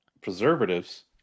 Preservatives